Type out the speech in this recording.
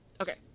okay